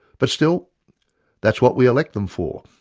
but still that's what we elect them for.